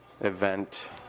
event